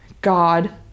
God